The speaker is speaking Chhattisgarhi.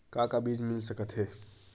का का बीज मिल सकत हे?